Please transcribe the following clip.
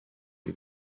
iri